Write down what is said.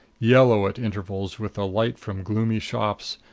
yellow at intervals with the light from gloomy shops,